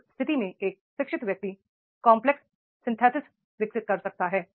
तो उस स्थिति में एक शिक्षित व्यक्ति कंपलेक्स सिंथे सिस विकसित कर सकता है